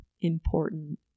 important